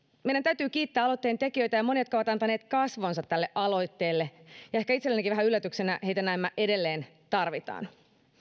meidän täytyy kiittää aloitteen tekijöitä ja ja monia jotka ovat antaneet kasvonsa tälle aloitteelle ja ehkä itsellenikin vähän yllätyksenä heitä näemmä edelleen tarvitaan